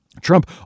Trump